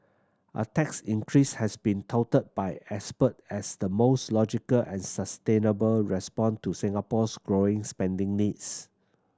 a tax increase has been touted by expert as the most logical and sustainable response to Singapore's growing spending needs